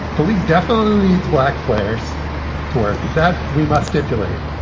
the league definitely needs black players to work that we must stipulate.